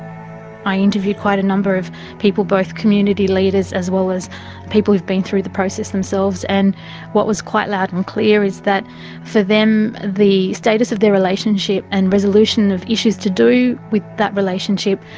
i interviewed quite a number of people, both community leaders as well as people who've been through the process themselves, and what was quite loud and clear is that for them, the status of their relationship and resolution of issues to do with that relationship,